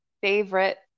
favorite